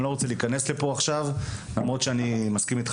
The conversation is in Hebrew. ואני לא רוצה להיכנס לפה עכשיו למרות שאני מסכים איתך